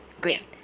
Great